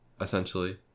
essentially